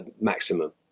maximum